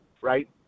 right